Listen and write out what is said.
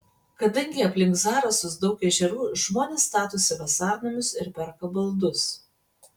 kadangi aplink zarasus daug ežerų žmonės statosi vasarnamius ir perka baldus